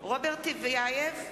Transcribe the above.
רוברט טיבייב,